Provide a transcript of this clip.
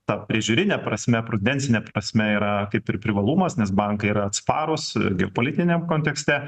ta prižiūrine prasme prudensine prasme yra kaip ir privalumas nes bankai yra atsparūs geopolitiniam kontekste